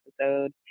episode